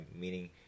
meaning